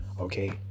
okay